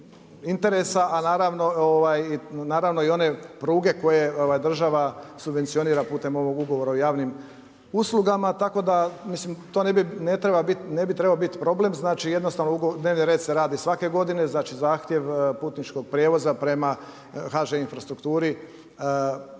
a naravno i one pruge koje država subvencionira putem ovog ugovora o javnim uslugama, tako da to milim to ne bi trebao biti problem. Jednostavno, dnevni red se radi svake godine. Zahtjev putničkog prijevoza prema HŽ infrastrukturi